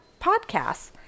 podcasts